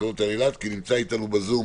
נמצא אתנו ב-זום